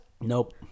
Nope